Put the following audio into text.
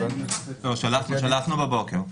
שלחנו בבוקר.